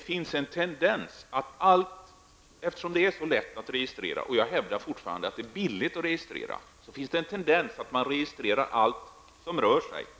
Fru talman! Eftersom det är så lätt att registrera, och jag hävdar fortfarande att det är billigt att registrera, finns det en tendens att man registrerar ''allt som rör sig''.